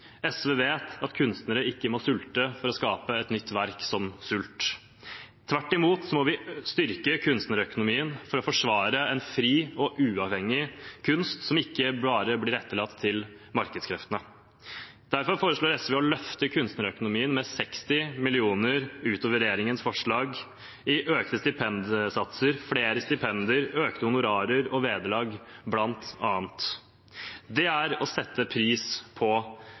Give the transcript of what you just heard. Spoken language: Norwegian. SV vet at kunstnere ikke må sulte for å skape et nytt verk, som «Sult». Tvert imot må vi styrke kunstnerøkonomien for å forsvare en fri og uavhengig kunst som ikke bare blir overlatt til markedskreftene. Derfor foreslår SV å løfte kunstnerøkonomien med 60 mill. kr utover regjeringens forslag – i økte stipendsatser, flere stipender, økte honorarer og vederlag, bl.a. Det er å sette pris på